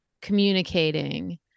communicating